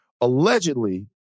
allegedly